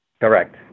Correct